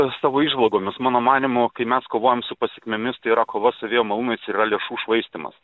savo įžvalgomis mano manymu kai mes kovojam su pasekmėmis tai yra kova su vėjo malūnais yra lėšų švaistymas